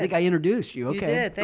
like i introduce you okay, thank